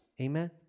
Amen